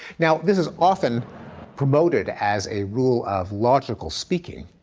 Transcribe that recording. now, this is often promoted as a rule of logical speaking,